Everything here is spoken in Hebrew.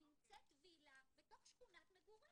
נמצאת וילה בתוך שכונת מגורים.